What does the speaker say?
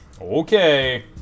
Okay